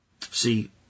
See